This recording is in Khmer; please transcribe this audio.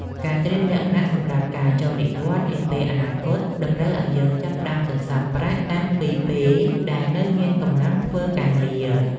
ការត្រៀមលក្ខណៈសម្រាប់ការចូលនិវត្តន៍នាពេលអនាគតតម្រូវឱ្យយើងចាប់ផ្ដើមសន្សំប្រាក់តាំងពីពេលដែលនៅមានកម្លាំងធ្វើការងារ។